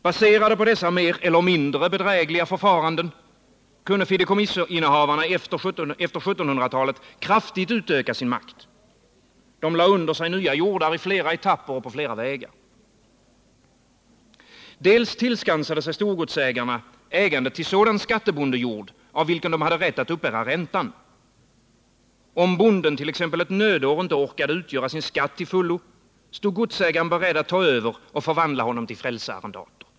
Baserade på dessa mer eller mindre bedrägliga förfaranden kunde fideikommissinnehavarna efter 1700-talet kraftigt utöka sin makt. De lade under sig nya jordar i flera etapper och på flera vägar. Storgodsägarna tillskansade sig ägandet till sådan skattebondejord, av vilken de hade rätt att uppbära räntan. När bonden ett nödår inte orkade utgöra sin skatt till fullo, stod godsägaren beredd att ta över och förvandla honom till frälsearrendator.